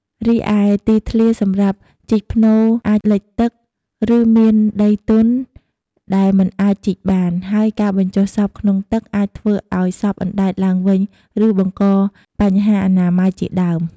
រីឯទីធ្លាសម្រាប់ជីកផ្នូរអាចលិចទឹក ឬមានដីទន់ដែលមិនអាចជីកបាន ហើយការបញ្ចុះសពក្នុងទឹកអាចធ្វើឲ្យសពអណ្តែតឡើងវិញ ឬបង្កបញ្ហាអនាម័យជាដើម។